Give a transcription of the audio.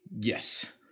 Yes